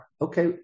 Okay